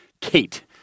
Kate